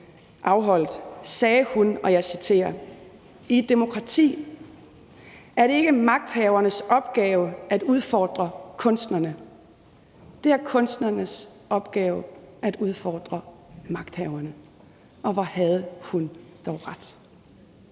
afholdt, sagde hun, og jeg citerer: I et demokrati er det ikke magthavernes opgave at udfordre kunstnerne. Det er kunstnernes opgave at udfordre magthaverne. Hvor havde hun dog ret